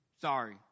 Sorry